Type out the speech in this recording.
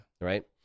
right